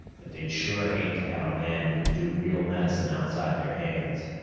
but they'd sure hate to have a man who can do real medicine outside their hands.